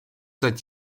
seit